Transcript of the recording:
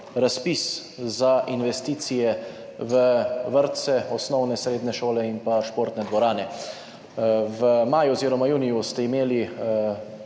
razpis za investicije v vrtce, osnovne, srednje šole in športne dvorane? V maju oziroma juniju ste imeli